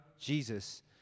Jesus